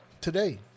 today